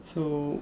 so